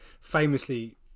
famously